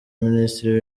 minisitiri